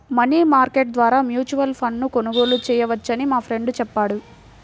money market ద్వారా mutual ఫండ్ను కొనుగోలు చేయవచ్చని మా ఫ్రెండు చెప్పాడు